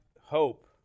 hope